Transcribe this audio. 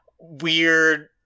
weird